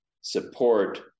support